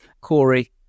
Corey